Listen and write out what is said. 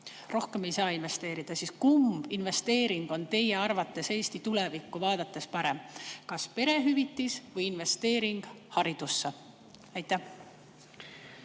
rohkem ei saa investeerida, siis kumb investeering on teie arvates Eesti tulevikku vaadates parem, kas perehüvitis või investeering haridusse? Aitäh,